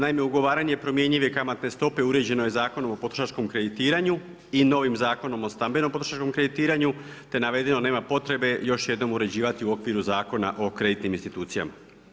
Naime, ugovaranje promjenjive kamatne stope uređeno je Zakonom o potrošačkom kreditiranju i novim Zakonom o stambenom potrošačkom kreditiranju, te navedeno nema potrebe još jednom uređivati u okviru Zakona o kreditnim institucijama.